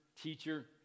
teacher